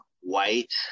white